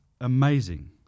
Amazing